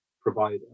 provider